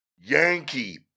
Yankee